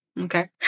okay